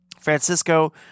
Francisco